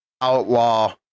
outlaw